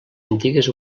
antigues